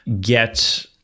get